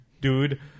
dude